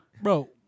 bro